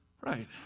Right